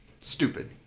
stupid